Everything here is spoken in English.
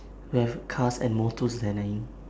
they have cars and motors denaiyi